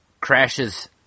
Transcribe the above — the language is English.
crashes